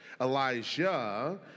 Elijah